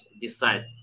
decide